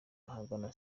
ahagana